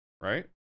Right